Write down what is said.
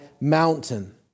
mountain